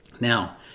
Now